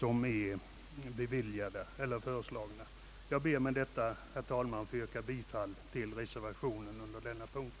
Jag ber med dessa ord, herr talman, att få yrka bifall till reservationen vid denna punkt.